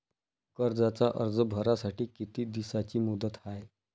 कर्जाचा अर्ज भरासाठी किती दिसाची मुदत हाय?